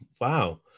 wow